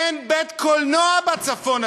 אין בית-קולנוע בצפון.